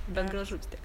bet gražu vis tiek